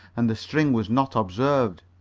and the string was not observed.